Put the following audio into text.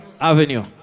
Avenue